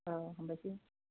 औ हामबायसै